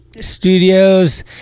studios